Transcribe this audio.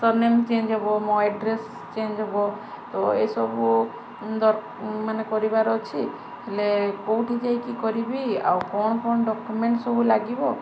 surname change ହବ ମୋ address change ହବ ତ ଏସବୁ ଦ ମାନେ କରିବାର ଅଛି ହେଲେ କେଉଁଠି ଯାଇକି କରିବି ଆଉ କ'ଣ କ'ଣ ଡକ୍ୟୁମେଣ୍ଟ ସବୁ ଲାଗିବ